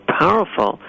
powerful